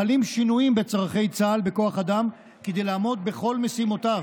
חלים שינויים בצורכי צה"ל בכוח אדם כדי לעמוד בכל משימותיו,